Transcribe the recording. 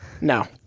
No